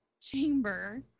chamber